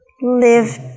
live